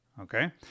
Okay